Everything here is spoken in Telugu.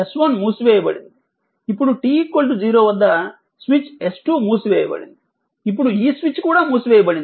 S1 మూసివేయబడింది ఇప్పుడు t 0 వద్ద స్విచ్ S2 మూసివేయబడింది ఇప్పుడు ఈ స్విచ్ కూడా మూసివేయబడింది